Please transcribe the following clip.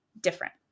different